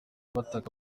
bataka